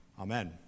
Amen